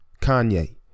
Kanye